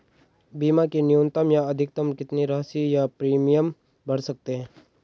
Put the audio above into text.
बीमा की न्यूनतम या अधिकतम कितनी राशि या प्रीमियम भर सकते हैं?